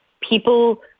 people